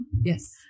Yes